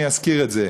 אני אזכיר את זה: